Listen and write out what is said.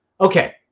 okay